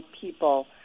people